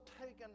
taken